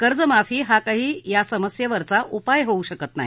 कर्जमाफी हा काही या समस्येवरचा उपाय होऊ शकत नाही